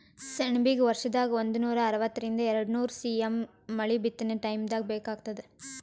ಸೆಣಬಿಗ ವರ್ಷದಾಗ್ ಒಂದನೂರಾ ಅರವತ್ತರಿಂದ್ ಎರಡ್ನೂರ್ ಸಿ.ಎಮ್ ಮಳಿ ಬಿತ್ತನೆ ಟೈಮ್ದಾಗ್ ಬೇಕಾತ್ತದ